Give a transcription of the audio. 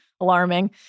Alarming